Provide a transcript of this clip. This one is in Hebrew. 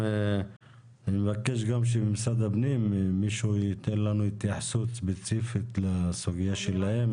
אני מבקש לשמוע ממשרד הפנים התייחסות ספציפית לסוגיה שלהם.